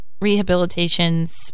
rehabilitations